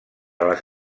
les